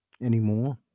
anymore